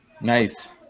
Nice